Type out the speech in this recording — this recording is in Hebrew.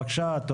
בבקשה.